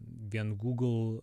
vien google